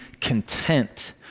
content